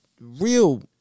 Real